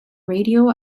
radio